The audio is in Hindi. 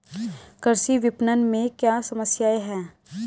कृषि विपणन में क्या समस्याएँ हैं?